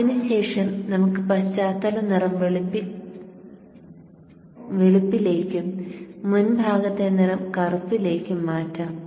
അതിനുശേഷം നമുക്ക് പശ്ചാത്തല നിറം വെളുപ്പിലേക്കും മുൻഭാഗത്തെ നിറം കറുപ്പിലേക്കും മാറ്റാം